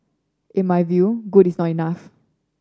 in my view good is not enough